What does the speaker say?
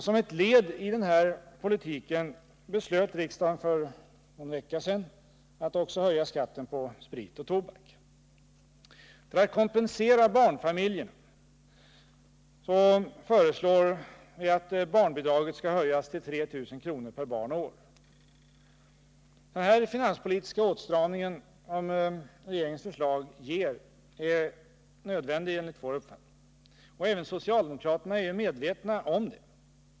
Som ett led i den här politiken beslöt riksdagen för någon vecka sedan att också höja skatten på sprit och tobak. För att kompensera barnfamiljerna föreslår vi att barnbidraget skall höjas till 3 000 kr. per barn och år. Den finanspolitiska åtstramning som regeringens förslag ger är nödvändig i det korta perspektivet. Även socialdemokraterna är medvetna om detta.